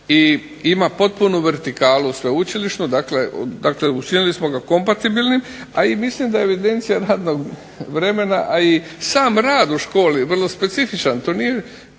ima potpunu vertikalu sveučilišnu, dakle učinili smo ga kompatibilnim. A i mislim da evidencija radnog vremena, a i sam rad u školi je vrlo specifičan, to nije